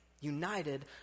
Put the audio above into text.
united